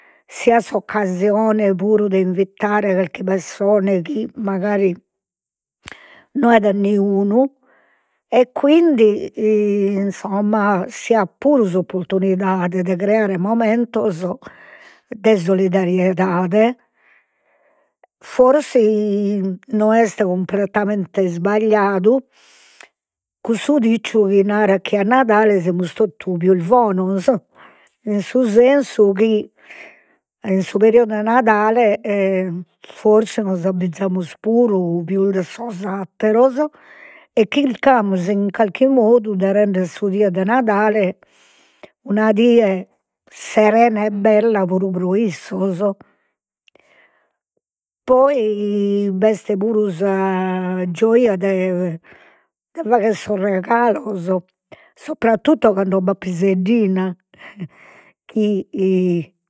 Si at s'occasione puru de invitare carchi pessona chi mancari no at a niunu e quindi insomma, si at puru s'opportunidade de creare momentos de solidariedade, forsis no est cumpletamente isbagliadu, cussu diciu chi narat chi a Nadale semus totu pius bonos in su sensu ch'in su periodo 'e Nadale forsis nos abbizamus puru pius de sos atteros e chircamus in carchi modu de render sa die de Nadale una die serena e bella, puru pro issos. Poi b'est puru sa gioja de de fagher sos regalos subrattotu cando b'at piseddina chi